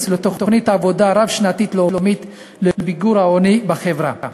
לתוכנית עבודה רב-שנתית לאומית למיגור העוני בחברה.